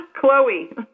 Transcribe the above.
Chloe